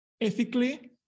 ethically